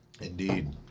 Indeed